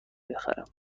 بخرم